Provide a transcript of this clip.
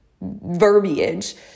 verbiage